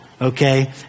okay